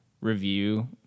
review